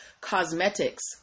cosmetics